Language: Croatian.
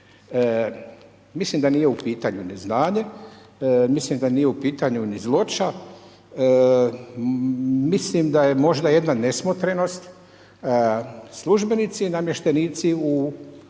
Mislim da nije u pitanju neznanje, mislim da nije u pitanju ni zloća, mislim da je možda jedna nesmotrenost, službenici i namještenici u